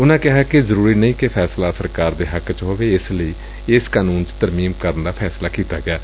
ਉਨੂਾ ਕਿਹਾ ਕਿ ਜ਼ਰੂਰੀ ਨਹੀਂ ਕਿ ਫੈਸਲਾ ਸਰਕਾਰ ਦੇ ਹੱਕ ਵਿਚ ਹੋਵੇ ਇਸ ਲਈ ਇਸ ਕਾਨੂੰਨ ਚ ਤਰਮੀਮ ਕਰਨ ਦਾ ਫੈਸਲਾ ਕੀਤਾ ਗਿਐ